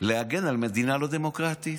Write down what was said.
להגן על מדינה לא דמוקרטית.